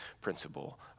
principle